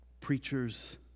preachers